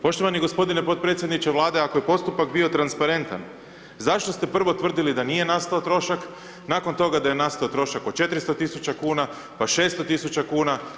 Poštovani gospodine potpredsjedniče Vlade, ako je postupak bio transparentan, zašto ste prvo tvrdili da nije nastao trošak, nakon toga da je nastao trošak od 400 tisuća kuna, pa 600 tisuća kuna.